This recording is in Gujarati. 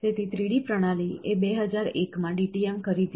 તેથી 3D પ્રણાલી એ 2001 માં DTM ખરીદ્યું